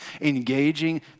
engaging